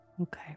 Okay